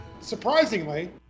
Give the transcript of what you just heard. Surprisingly